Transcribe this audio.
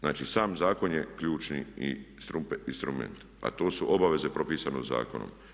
Znači sam zakon je ključni instrument, a to su obaveze propisane zakonom.